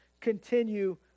continue